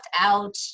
out